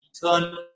turn